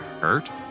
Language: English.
hurt